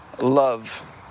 love